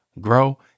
grow